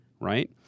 right